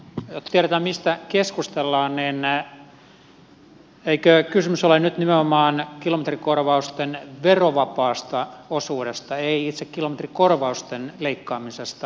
jotta tiedetään mistä keskustellaan niin eikö kysymys ole nyt nimenomaan kilometrikorvausten verovapaasta osuudesta ei itse kilometrikorvausten leikkaamisesta